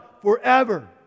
forever